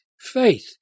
faith